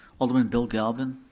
alderman bill galvin.